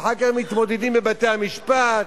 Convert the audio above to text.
ואחר כך מתמודדים בבתי-המשפט.